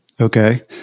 Okay